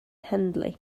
hendley